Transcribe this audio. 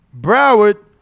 Broward